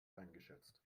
eingeschätzt